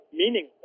meaning